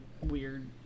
weird